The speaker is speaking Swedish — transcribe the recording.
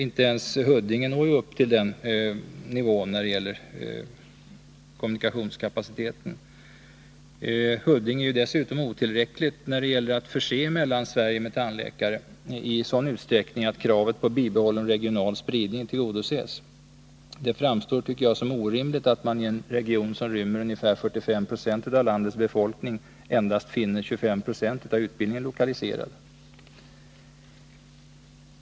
Inte ens Huddinge når upp till den nivån i fråga om kommunikationskapaciteten. Huddinge är dessutom otillräckligt när det gäller att förse Mellansverige med tandläkare i sådan utsträckning att kravet på bibehållen regional spridning tillgodoses. Det framstår, tycker jag, som orimligt att det i en region, som rymmer ca 45 90 av landets befolkning, endast finns ca 25 90 av utbildningen lokaliserad.